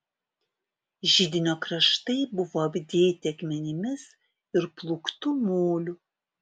židinio kraštai buvo apdėti akmenimis ir plūktu moliu